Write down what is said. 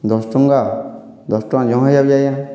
ଦଶ୍ ଟଙ୍କା ଦଶ୍ ଟଙ୍କା ଜହ ହେଇଯାଉଛେ ଆଜ୍ଞା